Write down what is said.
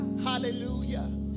Hallelujah